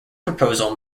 proposal